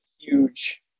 Huge